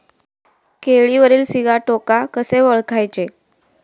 केळीवरील सिगाटोका कसे ओळखायचे?